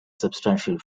substantial